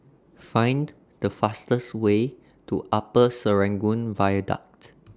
Find The fastest Way to Upper Serangoon Viaduct